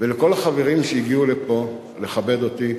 ולכל החברים שהגיעו לפה לכבד אותי.